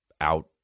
out